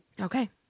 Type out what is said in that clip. Okay